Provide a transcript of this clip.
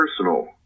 personal